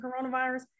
coronavirus